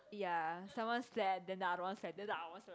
ya someone slept then the other slept then I was